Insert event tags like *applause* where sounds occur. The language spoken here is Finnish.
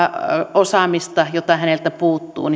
osaamista jota häneltä puuttuu *unintelligible*